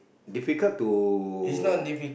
difficult to